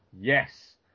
Yes